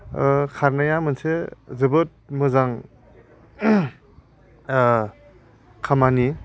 खारनाया मोनसे जोबोद मोजां खामानि